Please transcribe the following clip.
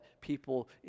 people